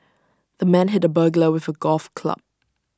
the man hit the burglar with A golf club